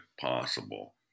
possible